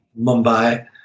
Mumbai